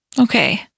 Okay